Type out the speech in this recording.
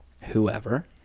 whoever